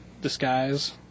disguise